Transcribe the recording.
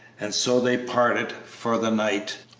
and so they parted for the night.